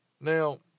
Now